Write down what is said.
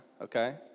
okay